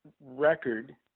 record